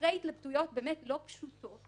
אחרי התלבטויות לא פשוטות